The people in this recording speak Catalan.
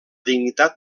dignitat